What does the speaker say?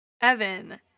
Evan